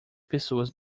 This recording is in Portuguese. pessoas